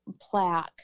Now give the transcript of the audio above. plaque